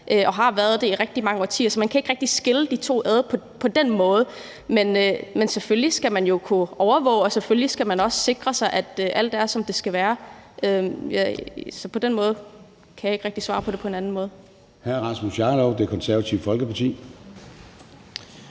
og har været det i rigtig mange årtier. Så man kan ikke rigtig skille de to ad på den måde. Men selvfølgelig skal man jo kunne overvåge, og selvfølgelig skal man også sikre sig, at alt er, som det skal være. Så jeg kan ikke rigtig svare på det på en anden måde.